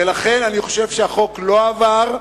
ולכן אני חושב שהחוק לא עבר.